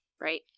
Right